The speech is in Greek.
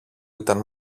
ήταν